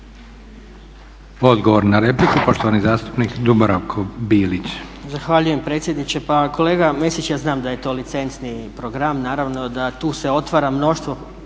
Odgovor na repliku poštovani zastupnik Dubravko Bilić. **Bilić, Dubravko (SDP)** Zahvaljujem predsjedniče. Pa kolega Mesić ja znam da je to licencni program, naravno da tu se otvara mnoštvo